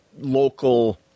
local